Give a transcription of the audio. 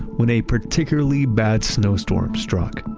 when a particularly bad snowstorm struck